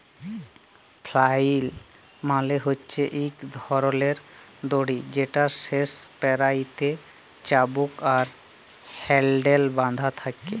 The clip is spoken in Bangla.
ফ্লাইল মালে হছে ইক ধরলের দড়ি যেটর শেষ প্যারালতে চাবুক আর হ্যাল্ডেল বাঁধা থ্যাকে